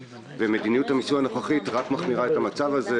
מדיניות המיסוי הנוכחית רק מחמירה את המצב הזה,